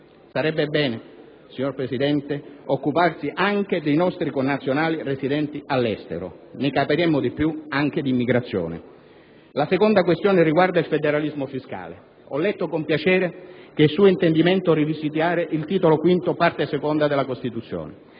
Sarebbe bene, signor Presidente, occuparsi anche dei nostri connazionali residenti all'estero: capiremmo di più anche di immigrazione. La seconda questione riguarda il federalismo fiscale. Ho letto con piacere che è suo intendimento rivisitare il Titolo V della Costituzione.